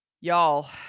Y'all